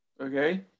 okay